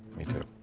me, too.